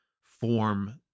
form